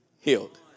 healed